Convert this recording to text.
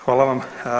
Hvala vam.